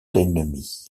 ennemi